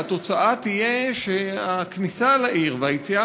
והתוצאה תהיה שהכניסה לעיר והיציאה